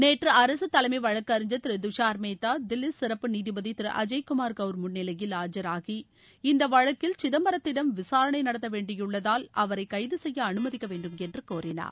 நேற்று அரசு தலைமை வழக்கறிஞர் திரு துஷார் மேத்தா தில்லி சிறப்பு நீதிபதி திரு அஜய் குமார் கவுர் முன்னிலையில் ஆஜராகி இந்த வழக்கில் சிதம்பரத்திடம் விசாரணை நடத்த வேண்டியுள்ளதால் அவரை கைது செய்ய அனுமதிக்க வேண்டும் என்று கோரினார்